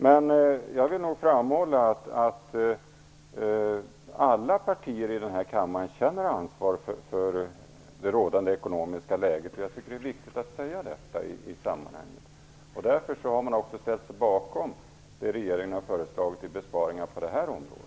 Men jag vill nog framhålla att alla partier i den här kammaren känner ansvar för det rådande ekonomiska läget. Jag tycker att det är viktigt att säga detta. Därför har man också ställt sig bakom det regeringen har föreslagit i besparingar på det här området.